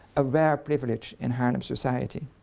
a rare privilege in haarlem society.